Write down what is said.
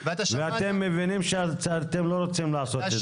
ואתם מבינים שאתם לא רוצים לעשות את זה.